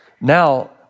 Now